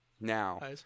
now